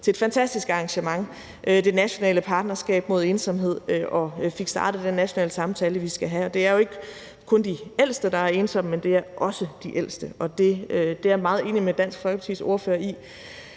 til et fantastisk arrangement det nationale partnerskab mod ensomhed og fik startet den nationale samtale, vi skal have. Kl. 12:13 Det er jo ikke kun de ældste, der er ensomme, men det er også de ældste, og det er jeg meget enig med Dansk Folkepartis ordfører i.